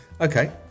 okay